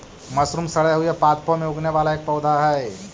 mushroom सड़े हुए पादपों में उगने वाला एक पौधा हई